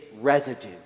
residue